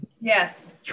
Yes